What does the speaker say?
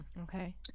Okay